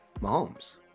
Mahomes